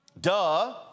Duh